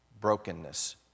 brokenness